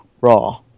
raw